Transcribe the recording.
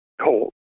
cold